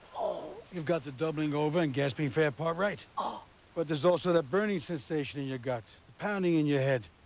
you got the doubling over and gasping for air part right. ah but there's also that burning sensation in your gut. the pounding in your head,